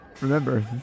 Remember